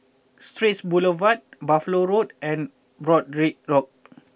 Straits Boulevard Buffalo Road and Broadrick Road